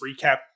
recap